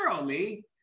early